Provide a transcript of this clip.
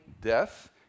death